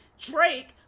Drake